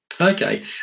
Okay